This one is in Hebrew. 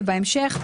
ובהמשך,